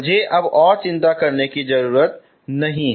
मुझे अब और चिंता करने की ज़रूरत नहीं है